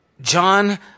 John